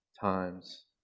times